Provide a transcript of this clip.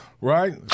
Right